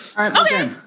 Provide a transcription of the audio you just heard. Okay